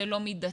זה לא מידתי,